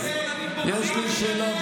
יש לי שאלה,